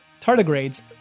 tardigrades